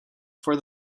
for